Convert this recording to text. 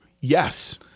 Yes